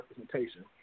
representation